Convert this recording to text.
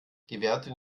gewährte